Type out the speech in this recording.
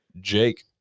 Jake